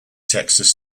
texas